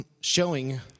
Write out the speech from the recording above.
showing